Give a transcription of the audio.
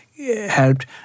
Helped